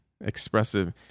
expressive